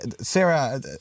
Sarah